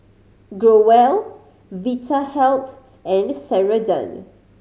Growell Vitahealth and Ceradan